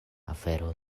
afero